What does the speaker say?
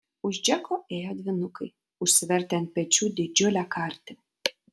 už džeko ėjo dvynukai užsivertę ant pečių didžiulę kartį